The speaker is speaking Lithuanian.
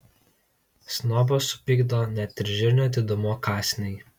snobą supykdo net ir žirnio didumo kąsniai